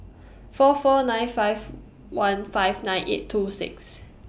four four nine five one five nine eight two six